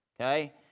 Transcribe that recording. okay